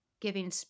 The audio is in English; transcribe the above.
giving